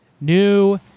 new